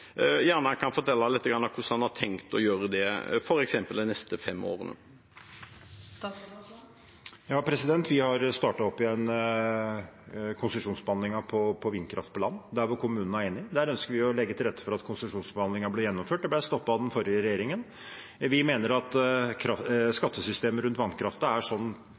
Kan han fortelle lite grann om hvordan han har tenkt å gjøre det, f.eks. i de neste fem årene? Vi har startet opp igjen konsesjonsbehandlingen på vindkraft på land. Der hvor kommunene er enige, ønsker vi å legge til rette for at konsesjonsbehandlingen blir gjennomført. Det ble stoppet av den forrige regjeringen. Vi mener at skattesystemet rundt vannkraften nå er sånn